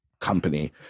company